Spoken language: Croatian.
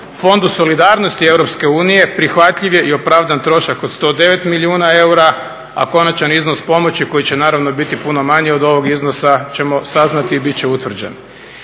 Fondu solidarnosti Europske unije prihvatljiv je i opravdan trošak od 109 milijuna eura a konačan iznos pomoći koji će naravno biti puno manji od ovog iznosa ćemo saznati i biti će utvrđen.